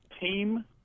Team